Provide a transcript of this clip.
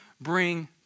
bring